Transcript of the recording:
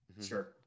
Sure